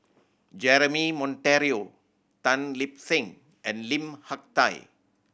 Jeremy Monteiro Tan Lip Seng and Lim Hak Tai